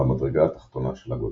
על המדרגה התחתונה של הגולן,